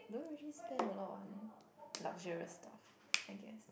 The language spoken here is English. don't usually spend a lot on luxurious stuff I guess